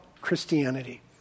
Christianity